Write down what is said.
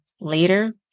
later